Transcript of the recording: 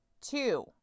Two